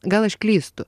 gal aš klystu